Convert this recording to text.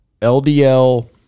LDL